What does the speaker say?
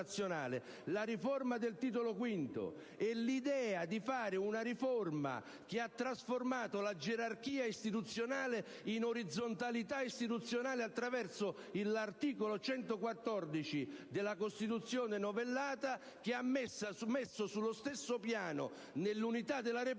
la riforma del Titolo V e l'idea di fare una riforma che ha trasformato la gerarchia istituzionale in orizzontalità istituzionale attraverso l'articolo 114 della Costituzione novellata, che ha messo sullo stesso piano, nell'unità della Repubblica,